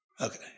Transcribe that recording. Okay